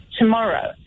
tomorrow